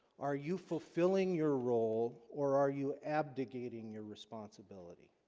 are you fulfilling your role or are you abdicating your responsibilities?